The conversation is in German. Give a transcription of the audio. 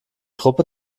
truppe